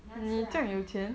你要吃 ah